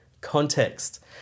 context